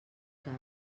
cap